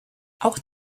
auch